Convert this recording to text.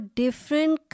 different